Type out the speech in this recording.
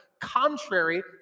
contrary